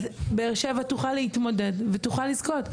באר שבע תוכל להתמודד ותוכל לזכות.